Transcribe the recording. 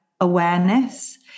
awareness